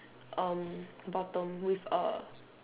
um bottom with a